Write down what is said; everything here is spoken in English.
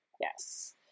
yes